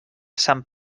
sant